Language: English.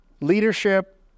leadership